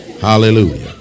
Hallelujah